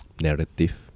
narrative